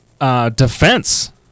Defense